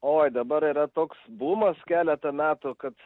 oi dabar yra toks bumas keletą metų kad